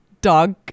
dog